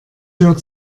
hört